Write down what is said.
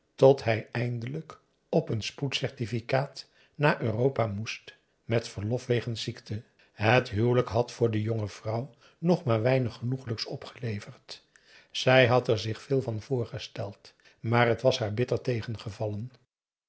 tot hij eindelijk op een spoedcertificaat naar europa moest met verlof wegens ziekte het huwelijk had voor de jonge vrouw nog maar weinig genoeglijks opgeleverd zij had er zich veel van voorgesteld maar t was haar bitter